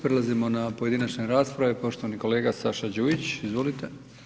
Prelazimo na pojedinačne rasprave, poštovani kolega Saša Đujić, izvolite.